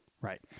Right